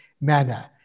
manner